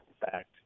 fact